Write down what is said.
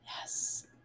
Yes